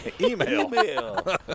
email